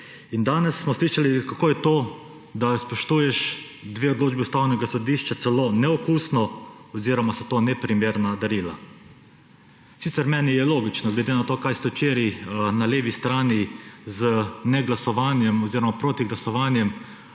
Danes smo slišali, kako je to, da spoštuješ dve odločbi Ustavnega sodišča, celo neokusno oziroma so to neprimerna darila. Sicer meni je logično, glede na to, kaj ste včeraj na levi strani z neglasovanjem oziroma protiglasovanjem